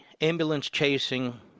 ambulance-chasing